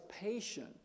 patient